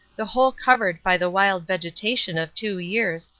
the whole covered by the wild vegetation of two years,